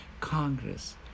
Congress